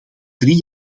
drie